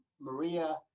Maria